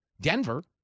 Denver